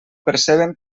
perceben